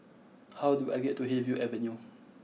how do I get to Hillview Avenue